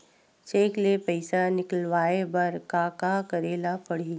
Cheque ले पईसा निकलवाय बर का का करे ल पड़हि?